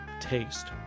taste